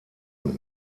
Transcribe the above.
und